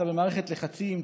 אתה במערכת לחצים,